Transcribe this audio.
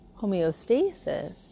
homeostasis